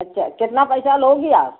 अच्छा कितना पैसा लोगी आप